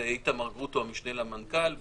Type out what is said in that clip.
זה איתמר גרוטו המשנה למנכ"ל וגמזו,